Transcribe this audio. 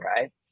right